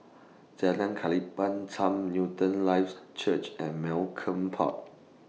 Jalan Newton Life Church and Malcolm Park